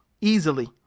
easily